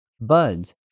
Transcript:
buds